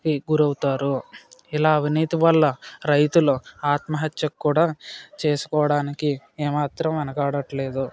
కి గురవుతారు ఇలా అవినీతి వల్ల రైతులు ఆత్మహత్య కూడా చేసుకోడానికి ఏమాత్రం వెనకాడటం లేదు